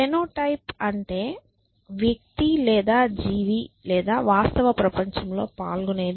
phenotype అంటే వ్యక్తి లేదా జీవి లేదా వాస్తవ ప్రపంచంలో పాల్గొనేది